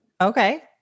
Okay